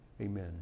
Amen